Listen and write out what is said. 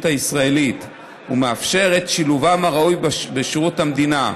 הישראלית ומאפשר את שילובן הראוי בשירות המדינה.